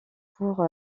pour